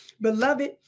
Beloved